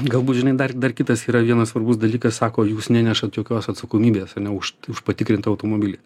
galbūt žinai dar dar kitas yra vienas svarbus dalykas sako jūs nenešat jokios atsakomybės ane už už patikrintą automobilį